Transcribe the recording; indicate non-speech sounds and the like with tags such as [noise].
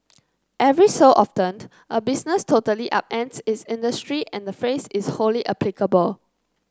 [noise] every so often a business totally upends its industry and the phrase is wholly applicable